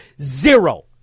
zero